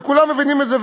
וכולם מבינים את זה,